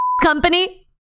company